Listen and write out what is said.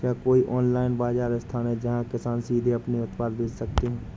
क्या कोई ऑनलाइन बाज़ार स्थान है जहाँ किसान सीधे अपने उत्पाद बेच सकते हैं?